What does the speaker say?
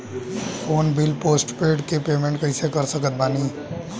Phone bill postpaid के payment कैसे कर सकत बानी?